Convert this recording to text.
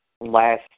last